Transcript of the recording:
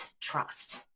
trust